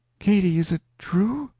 katy, is it true?